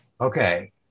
Okay